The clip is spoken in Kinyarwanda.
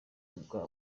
bwa